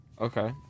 Okay